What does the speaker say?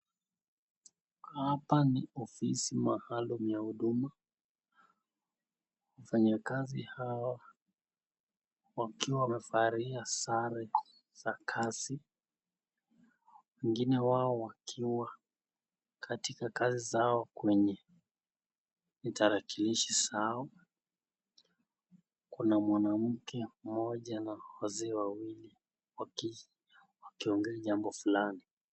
Hapa ni ofisi maalum ya huduma. Wafanyikazi hawa wakiwa wamevalia sare za kazi wengine wao wakiwa katika kazi zao kwenye tarakilishi zao. Kuna mwanamke mmoja na wazee wawili wakiongea jambo fulani.